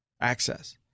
Access